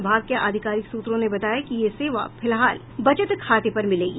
विभाग के आधिकारिक सूत्रों ने बताया कि यह सेवा फिलहाल बचत खाते पर मिलेगी